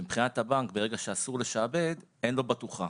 ומבחינת הבנק ברגע שאסור לשעבד, אין לו בטוחה.